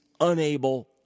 unable